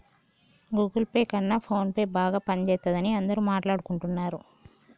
Google Pay కన్నా ఫోన్పేనే బాగా పనిజేత్తందని అందరూ మాట్టాడుకుంటన్నరు